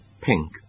pink